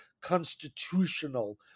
constitutional